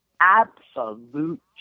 absolute